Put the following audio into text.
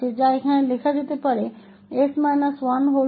Ltn के रूप में लिखा जा सकता है